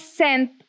sent